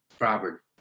Robert